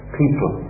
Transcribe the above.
people